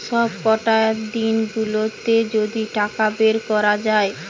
সবকটা দিন গুলাতে যদি টাকা বের কোরা যায়